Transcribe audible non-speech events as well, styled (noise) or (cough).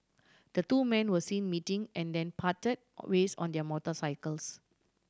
the two men were seen meeting and then parted (unintelligible) ways on their motorcycles